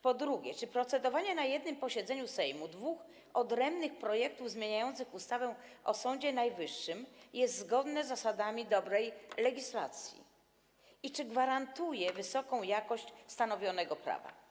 Po drugie, czy procedowanie na jednym posiedzeniu Sejmu nad dwoma odrębnymi projektami zmieniającymi ustawę o Sądzie Najwyższym jest zgodne z zasadami dobrej legislacji i czy gwarantuje wysoką jakość stanowionego prawa?